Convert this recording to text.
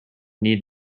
need